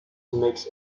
makes